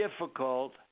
difficult